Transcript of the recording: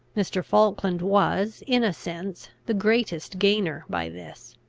mr. falkland was, in a sense, the greatest gainer by this.